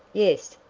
yes,